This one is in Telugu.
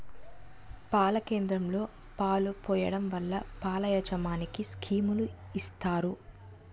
పాల కేంద్రంలో పాలు పోయడం వల్ల పాల యాజమనికి స్కీములు ఇత్తారు